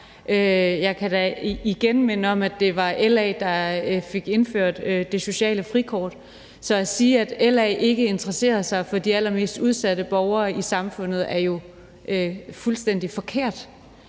Jeg kan da igen minde om, at det var LA, der fik indført det sociale frikort. Så at sige, at LA ikke interesserer sig for de allermest udsatte borgere i samfundet, jo er fuldstændig forkert.